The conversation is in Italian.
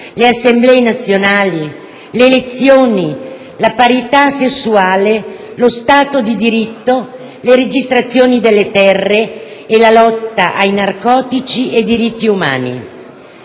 le assemblee nazionali, le elezioni, la parità sessuale, lo Stato di diritto, le registrazioni delle terre e la lotta ai narcotici e ai diritti umani.